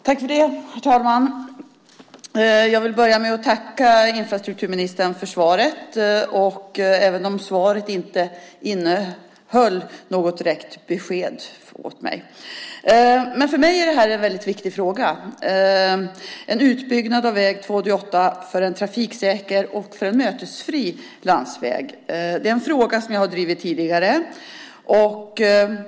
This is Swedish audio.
Herr talman! Jag vill börja med att tacka infrastrukturministern för svaret, även om svaret inte innehöll något direkt besked åt mig. För mig är det här en väldigt viktig fråga. En utbyggnad av väg 288 för en trafiksäker och mötesfri landsväg är en fråga som jag har drivit tidigare.